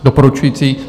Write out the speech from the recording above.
Doporučující.